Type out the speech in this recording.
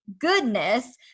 goodness